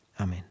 Amen